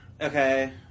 okay